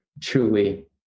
truly